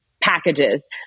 packages